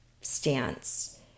stance